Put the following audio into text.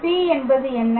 P என்பது என்ன